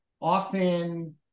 often